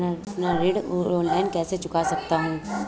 मैं अपना ऋण ऑनलाइन कैसे चुका सकता हूँ?